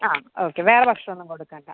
ആ ഓക്കെ വേറെ ഭക്ഷണം ഒന്നും കൊടുക്കേണ്ട